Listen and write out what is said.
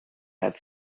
had